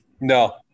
No